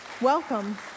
Welcome